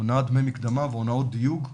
הונאת דמי מקדמה והונאות דיוג,